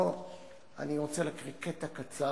אני רוצה להקריא קטע קצר,